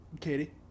Katie